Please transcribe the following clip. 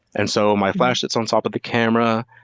and so, my flash sits on top of the camera,